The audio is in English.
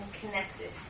connected